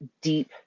deep